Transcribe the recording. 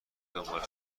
دنبالش